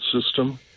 system